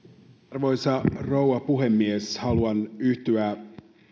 arvoisa rouva puhemies haluan yhtyä